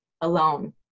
alone